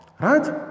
right